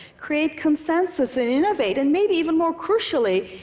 create consensus and innovate, and maybe even more crucially,